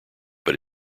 but